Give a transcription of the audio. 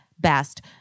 best